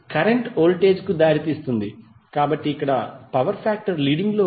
current voltage కు దారితీస్తుంది కాబట్టి ఇక్కడ పవర్ ఫాక్టర్ లీడింగ్ లో ఉంది